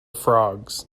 frogs